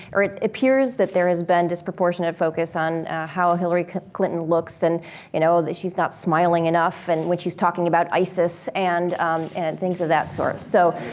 or it appears that there has been, disproportionate focus on how hillary clinton looks and you know that she's not smiling enough and when she's talking about isis and and things of that sort. so,